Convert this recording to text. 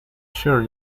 sure